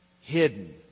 hidden